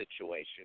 situation